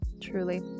Truly